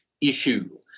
issue